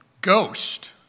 Ghost